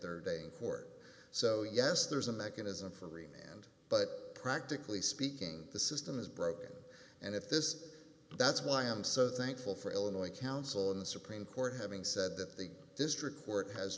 their day in court so yes there's a mechanism for remained but practically speaking the system is broken and if this is that's why i'm so thankful for illinois council and the supreme court having said that the district court has